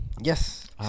yes